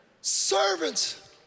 Servants